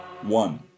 One